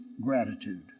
gratitude